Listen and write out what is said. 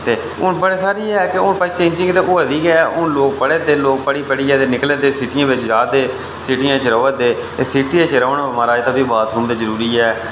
ते हून बड़ा सारा केह् ऐ हून भाई चेंज ते होऐ करदी गै हून लोक पढ़ै दे पढ़ी पढ़ियै ते निकलै दे सीटियें बिच जा दे सीटियें च र'वै दे ते सीटियें च रौह्न माराज ते भी बाथरूम ते जरूरी ऐ